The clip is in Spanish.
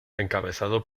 encabezado